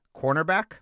cornerback